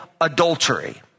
adultery